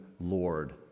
Lord